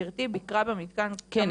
גברתי ביקרה במתקן כמה פעמים --- כן,